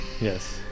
Yes